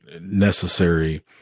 necessary